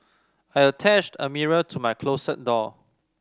I'll attached a mirror to my closet door